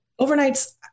overnights